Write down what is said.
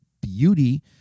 beauty